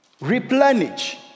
replenish